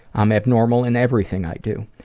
i'm abnormal in everything i do.